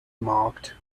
marked